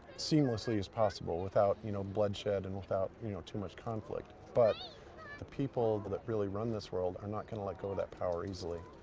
seamlessly as possible, without, you know, bloodshed and without you know too much conflict. but the people that really run this world are not going to let go of that power easily.